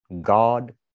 God